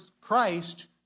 Christ